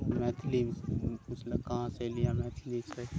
मैथिली पुछलक कहाँसँ एलियै मैथिली छै